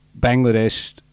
Bangladesh